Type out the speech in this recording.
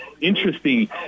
interesting